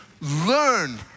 learn